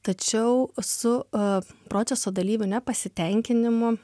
tačiau su proceso dalyvių nepasitenkinimu